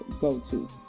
go-to